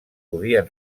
podien